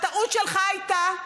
הטעות שלך הייתה,